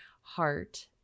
heart